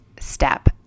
step